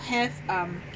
have um